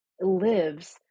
lives